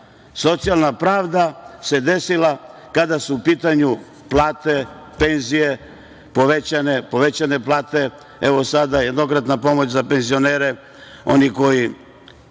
socijalna pravda se desila kada su u pitanju plate, penzije, povećane plate. Evo i sada jednokratna pomoć za penzionere, oni koji